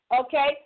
okay